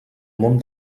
món